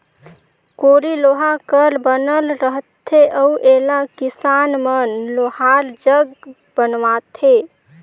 कोड़ी लोहा कर बनल रहथे अउ एला किसान मन लोहार जग बनवाथे